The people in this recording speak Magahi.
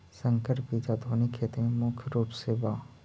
संकर बीज आधुनिक खेती में मुख्य रूप से बा